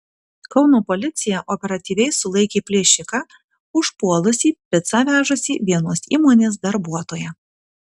kauno policija operatyviai sulaikė plėšiką užpuolusį picą vežusį vienos įmonės darbuotoją